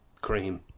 cream